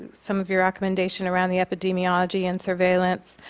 and some of your recommendation around the epidemiology and surveillance,